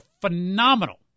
phenomenal